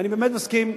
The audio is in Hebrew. ואני באמת מסכים,